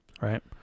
Right